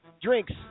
Drinks